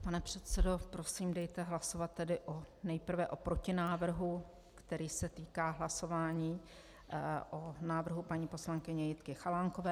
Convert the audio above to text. Pane předsedo, prosím, dejte hlasovat tedy nejprve o protinávrhu, který se týká hlasování o návrhu paní poslankyně Jitky Chalánkové.